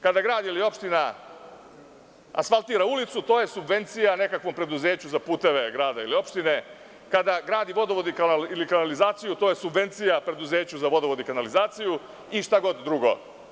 Kada grad ili opština asfaltira ulicu, to je subvencija nekakvom preduzeću za puteve grada ili opštine, kada gradi vodovod ili kanalizaciju, to je subvencija preduzeću za vodovod i kanalizaciju i šta god drugo.